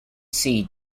see